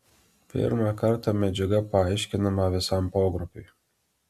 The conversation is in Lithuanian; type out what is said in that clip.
pirmą kartą medžiaga paaiškinama visam pogrupiui